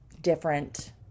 different